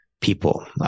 people